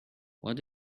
what